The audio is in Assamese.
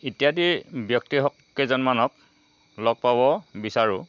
ইত্যাদি ব্যক্তি কেইজনমানক লগ পাব বিচাৰোঁ